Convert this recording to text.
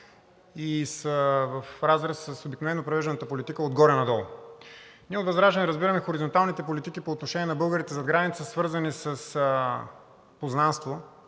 и са в разрез с обикновено провежданата политика отгоре надолу. Ние от ВЪЗРАЖДАНЕ разбираме хоризонталните политики по отношение на българите зад граница, свързани с познанство